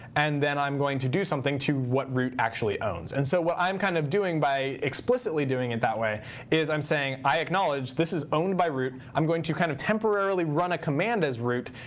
and then i'm going to do something to what root actually owns. and so i'm kind of doing by explicitly doing it that way is i'm saying, i acknowledge this is owned by root. i'm going to kind of temporarily run a command as root,